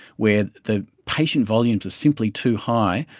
where the patient volumes are simply too high,